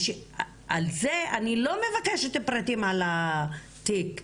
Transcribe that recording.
אני לא מבקשת פרטים על התיק,